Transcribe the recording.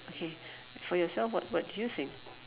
okay for yourself what what do you think